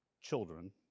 children